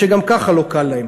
שגם כך לא קל להם.